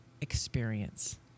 experience